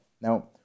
now